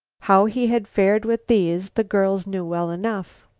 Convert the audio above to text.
how he had fared with these, the girls knew well enough.